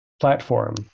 platform